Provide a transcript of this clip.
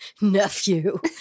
nephew